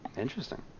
interesting